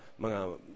mga